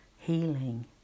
Healing